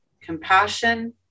Compassion